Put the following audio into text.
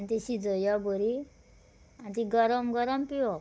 आनी ती शिजोयप बरी आनी ती गरम गरम पिवप